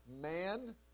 man